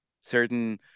certain